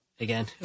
Again